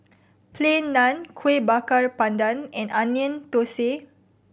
Plain Naan Kueh Bakar Pandan and Onion Thosai